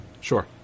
Sure